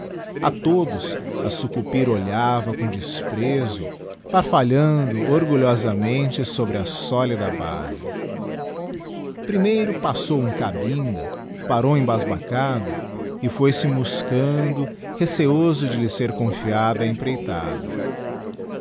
a todos a sucupira olhava com desprezo farfalhando orgulhosadigiti zedby google somente bobre a solida base primeiro passou um cabinda parou embasbacado e foi-se museando receioso de lhe ser confiada a empreitada